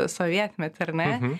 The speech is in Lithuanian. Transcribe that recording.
sovietmetį ar ne